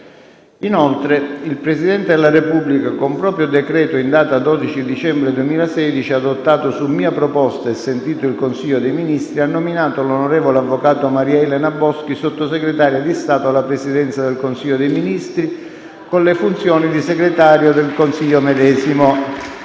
Inoltre, il Presidente della Repubblica, con proprio decreto in data 12 dicembre 2016 adottato su mia proposta e sentito il Consiglio dei Ministri, ha nominato l'onorevole avvocato Maria Elena BOSCHI Sottosegretaria di Stato alla Presidenza del Consiglio dei Ministri, con le funzioni di Segretario del Consiglio medesimo».